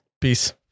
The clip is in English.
peace